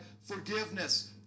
forgiveness